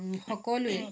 সকলোৱে